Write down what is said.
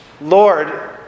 Lord